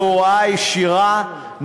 בהוראה ישירה,